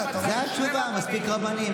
הינה, זאת התשובה: מספיק רבנים.